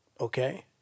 Okay